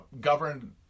governed